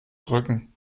drücken